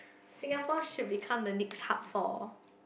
Singapore should become the next hub for